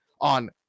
on